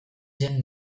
zen